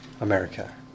America